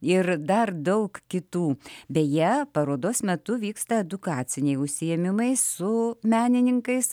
ir dar daug kitų beje parodos metu vyksta edukaciniai užsiėmimai su menininkais